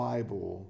Bible